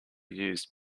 used